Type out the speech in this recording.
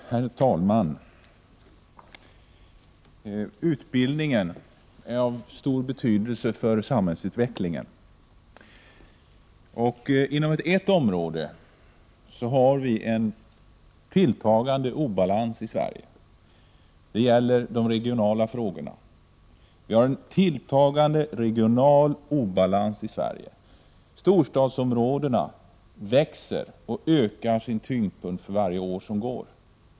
Herr talman! Utbildningen är av stor betydelse för samhällsutvecklingen. Inom ett område är det en tilltagande obalans i Sverige, och det gäller de regionala frågorna. Storstadsområdena växer och ökar sin tyngdpunkt för varje år som går.